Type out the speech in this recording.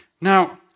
Now